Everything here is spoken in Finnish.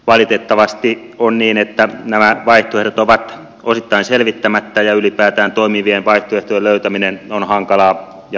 valitettavasti on niin että nämä vaihtoehdot ovat osittain selvittämättä ja ylipäätään toimivien vaihtoehtojen löytäminen on hankalaa ja haasteellista